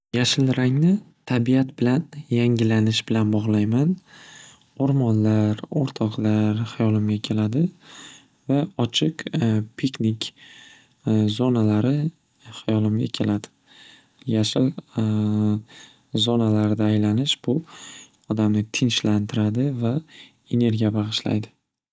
Yashil rangni tabiat bilan yangilanish bilan bog'layman o'rmonlar o'rtoqlar hayolimga keladi va ochiq piknik zonalari hayolimga keladi yashil zonalarda aylanish bu odamni tinchlantiradi va energiya bag'ishlaydi.